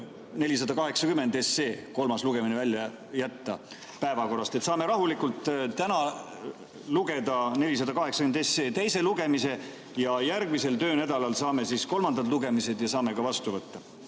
480 SE kolmas lugemine, välja jätta. Siis saame rahulikult täna teha 480 SE teise lugemise ja järgmisel töönädalal saame teha kolmandad lugemised ja saame ka vastu võtta.